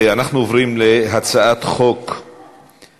אנחנו עוברים להצעת חוק התקשורת